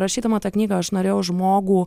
rašydama tą knygą aš norėjau žmogų